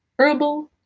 herbal,